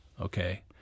Okay